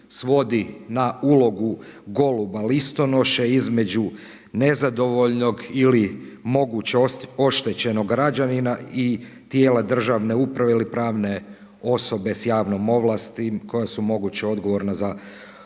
na ulogu goluba listonoše između nezadovoljnog ili moguće oštećenog građanina i tijela državne uprave ili pravne osobe sa javnom ovlasti koja su moguće odgovorna za